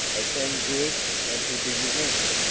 a thing good and to be remembered.